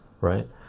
right